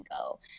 go